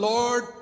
Lord